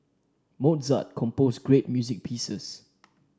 Mozart composed great music pieces